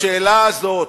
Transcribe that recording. בשאלה הזאת,